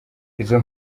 izo